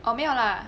orh 没有 lah